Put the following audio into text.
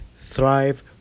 thrive